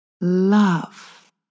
Love